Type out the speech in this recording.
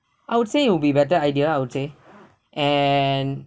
I would say it will be better idea I would say and